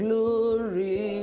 Glory